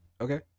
Okay